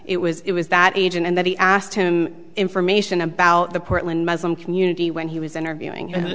it was it was that age and that he asked him information about the portland muslim community when he was interviewing